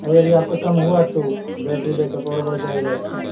अगर यह आपका कम हुआ तो बैटरी बैकअप और बढ़ जाएगा उसका